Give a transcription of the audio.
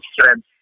strength